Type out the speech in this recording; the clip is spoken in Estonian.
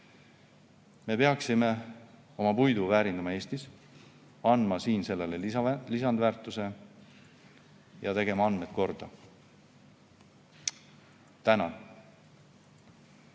Me peaksime oma puidu väärindama Eestis, andma siin sellele lisandväärtuse, ja tegema andmed korda. Tänan!